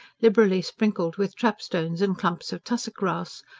liberally sprinkled with trapstones and clumps of tussock grass,